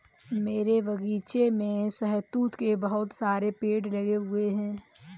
मेरे बगीचे में शहतूत के बहुत सारे पेड़ लगे हुए हैं